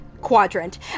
quadrant